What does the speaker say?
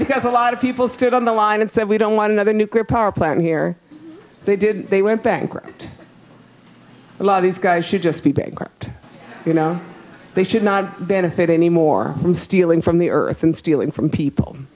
because a lot of people stood on the line and said we don't want another nuclear power plant here they did they went bankrupt a lot of these guys should just be bankrupt you know they should not benefit anymore from stealing from the earth and stealing from people